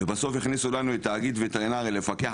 בסוף הכניסו לנו את תאגיד וטרינרי לפקח